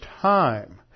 time